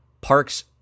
parks